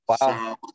Wow